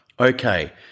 Okay